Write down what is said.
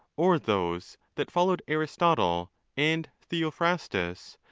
or those that followed aristotle and theophrastus,